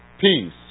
peace